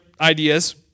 ideas